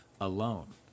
alone